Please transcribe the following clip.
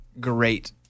great